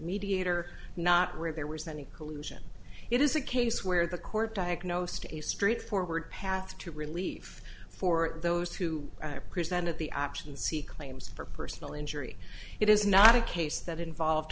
mediator not read there was any collusion it is a case where the court diagnosed a straightforward path to relief for those who are present at the option c claims for personal injury it is not a case that involved